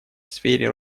сфере